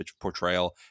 portrayal